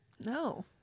no